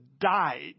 died